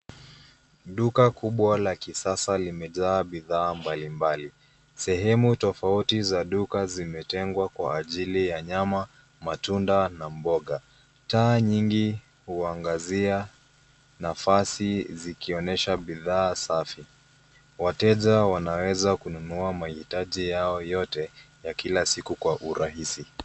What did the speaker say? Duka kubwa la kisasa limejaa bidhaa mbalimbali. Sehemu tofauti za duka zimetengwa kwa ajili ya nyama, matunda na mboga. Taa nyingi huangazia nafasi zikionyesha bidhaa safi. Wateja wanaweza kununua mahitaji yao yote ya kila siku kwa urahisi.